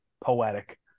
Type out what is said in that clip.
poetic